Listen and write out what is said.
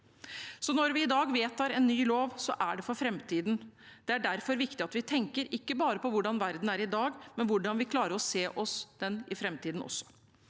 Når vi i dag vedtar en ny lov, er det for framtiden. Det er derfor viktig at vi tenker ikke bare på hvordan verden er i dag, men på hvordan vi klarer å se den for oss også